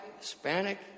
Hispanic